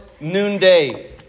noonday